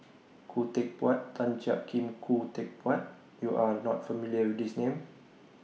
Khoo Teck Puat Tan Jiak Kim Khoo Teck Puat YOU Are not familiar with These Names